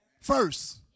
First